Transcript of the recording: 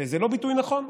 שזה לא ביטוי נכון,